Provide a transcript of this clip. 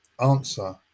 answer